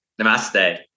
Namaste